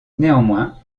néanmoins